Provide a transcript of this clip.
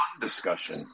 discussion